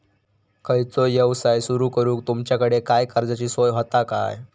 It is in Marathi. खयचो यवसाय सुरू करूक तुमच्याकडे काय कर्जाची सोय होता काय?